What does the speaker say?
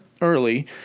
early